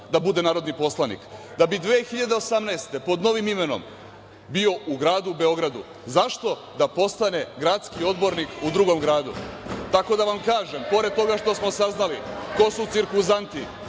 da bude narodni poslanik, da bi 2018. godine pod novim imenom bio u gradu Beogradu. Zašto? Da postane gradski odbornik u drugom gradu. Tako da, pored toga što smo saznali ko su cirkuzanti